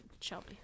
Shelby